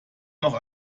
noch